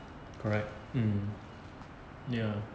correct um ya